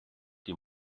die